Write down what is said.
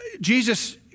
Jesus